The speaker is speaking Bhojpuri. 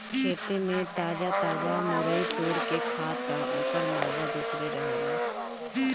खेते में ताजा ताजा मुरई तुर के खा तअ ओकर माजा दूसरे रहेला